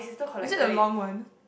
is it the long one